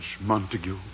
Montague